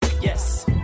Yes